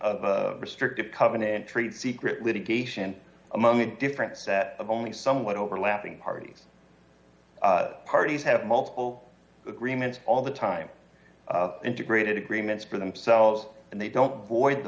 of restrictive covenant trade secret litigation a moment different set of only somewhat overlapping parties parties have multiple agreements all the time integrated agreements for themselves and they don't voi